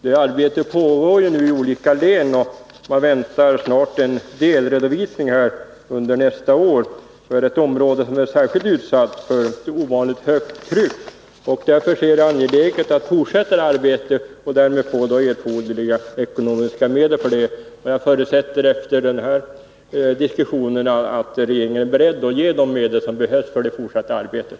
Det arbetet pågår nu i olika län, och man väntar på att under nästa år få en delredovisning för ett område som är utsatt för ett ovanligt högt tryck. Därför är det angeläget att man fortsätter det här arbetet och att man får erforderliga ekonomiska medel. Jag förutsätter att regeringen efter den här diskussionen är beredd att ge de medel som behövs för det fortsatta arbetet.